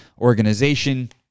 organization